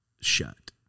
shut